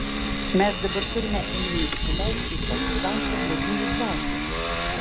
mes dabar turime neįsileisti į konstancą blogųjų dvasių